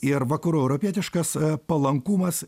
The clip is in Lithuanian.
ir vakarų europietiškas palankumas